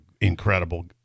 incredible